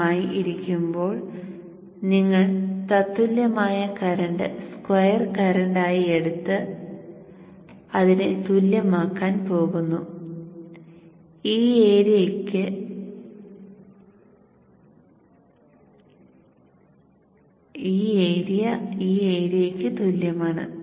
on ആയി ഇരിക്കുമ്പോൾ നിങ്ങൾ തത്തുല്യമായ കറന്റ് സ്ക്വയർ കറന്റായി എടുത്ത് അതിനെ തുല്യമാക്കാൻ പോകുന്നു ഈ ഏരിയ ഈ ഏരിയയ്ക്ക് തുല്യമാണ്